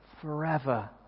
forever